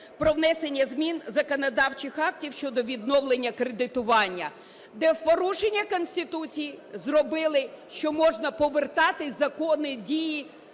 про внесення змін до законодавчих актів щодо відновлення кредитування, де в порушення Конституції зробили, що можна повертати закони дії